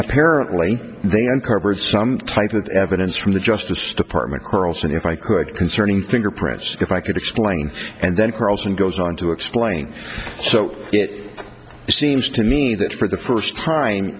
apparently they uncovered some type of evidence from the justice department and if i could concerning fingerprints if i could explain and then carlson goes on to explain so it seems to me that for the first time